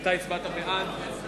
אתה הצבעת בעד.